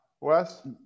Wes